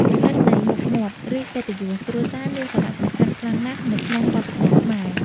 គំនិតនៃ "មុខមាត់" ឬ "កិត្តិយស" គ្រួសារមានសារៈសំខាន់ខ្លាំងណាស់នៅក្នុងវប្បធម៌ខ្មែរ។